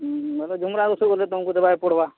ଏବେ ଘୁମ୍ରା ଔଷଧ ବୋଲେ ତମ୍କୁ ଦବାର୍ ପଡ଼୍ବା